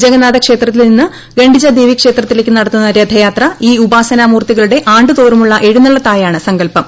ജഗന്നാഥ ക്ഷേത്രത്തിൽ നിന്ന് ഗണ്ഡിച ദേവി ക്ഷേത്രത്തിലേക്ക് നടത്തുന്ന രഥയാത്ര ഈ ഉപാസന മൂർത്തികളുടെ ആണ്ടുതോറുമുള്ള എഴുന്നെള്ളത്തായാണ് സങ്കൽപം